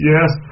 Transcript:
Yes